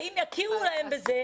האם יכירו להם בזה?